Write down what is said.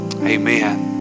Amen